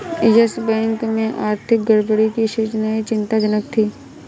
yes Bank में आर्थिक गड़बड़ी की सूचनाएं चिंताजनक थी